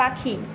পাখি